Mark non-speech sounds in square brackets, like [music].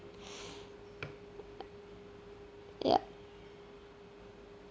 [breath] ya